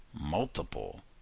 multiple